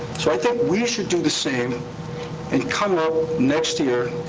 so i think we should do the same and come up, next year,